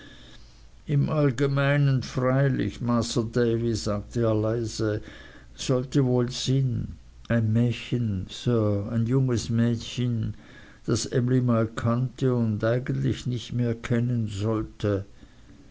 im allgemeinen freilich masr davy sagte er leise sollte woll sin ein mächen sir ein junges mächen das emly mal kannte und eigentlich nicht mehr kennen sollte